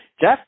Jeff